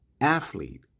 athlete